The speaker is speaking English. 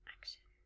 Action